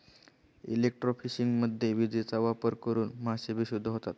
इलेक्ट्रोफिशिंगमध्ये विजेचा वापर करून मासे बेशुद्ध होतात